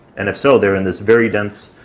and if so they're in this very dense